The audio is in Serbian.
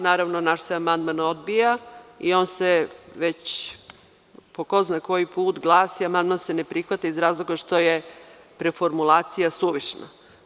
Naravno, naš se amandman odbija i on već, po ko zna koji put, glasi – amandman se ne prihvata iz razloga što je preformulacija suvišna.